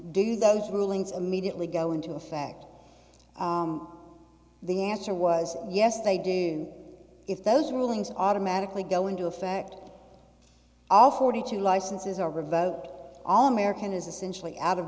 do those rulings immediately go into effect the answer was yes they do if those rulings automatically go into effect all forty two licenses are revote all american is essentially out of